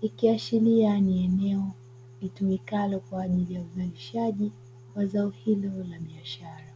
ikiashiria ni eneo litumikalo kwa ajili ya uzalishaji wa zao hilo la biashara.